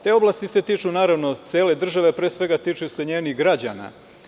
Te oblasti se tiču, naravno cele države, pre svega tiče se njenih građana.